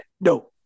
no